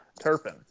Turpin